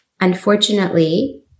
Unfortunately